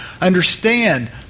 Understand